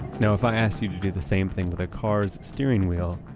now if i asked you to do the same thing with a car's steering wheel,